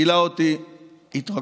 זה מילא אותי התרגשות.